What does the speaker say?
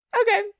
Okay